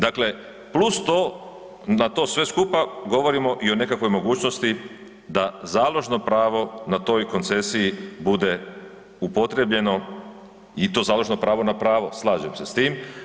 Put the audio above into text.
Dakle, plus to, na to sve skupa govorimo i o nekakvoj mogućnosti da založno pravo na toj koncesiji bude upotrijebljeno i to založno pravo na pravo, slažem se s tim.